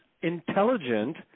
intelligent